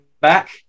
back